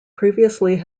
previously